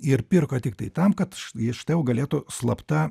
ir pirko tiktai tam kad jis galėtų slapta